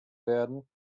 werden